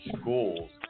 schools